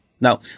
Now